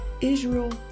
Israel